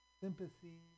Sympathy